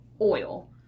oil